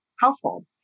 household